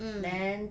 mm